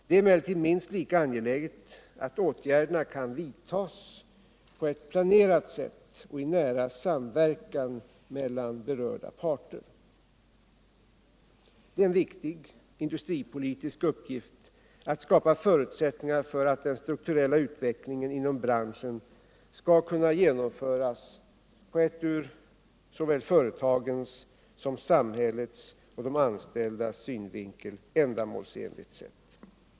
Det är emellertid minst lika angeläget att åtgärderna kan vidtas på ett planerat sätt och i nära samverkan mellan berörda parter. Det är en viktig industripolitisk uppgift att skapa förutsättningar för att den strukturella utvecklingen inom branschen skall kunna genomföras på ett ur såväl företagens som samhällets och de anställdas synvinkel ändamålsenligt sätt.